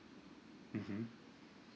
mmhmm